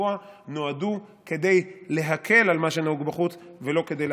לקבוע נועדו להקל על מה שנוהג בחוץ ולא להחמיר,